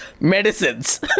medicines